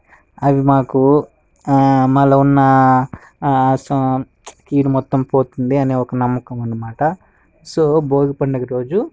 అవి మాకు మాలో ఉన్న కీడు మొత్తం పోతుంది అనే ఒక నమ్మకం అన్నమాట సో భోగి పండుగ రోజు